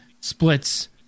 splits